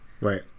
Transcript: Right